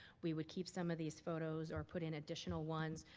we would keep some of these photos or put in additional ones.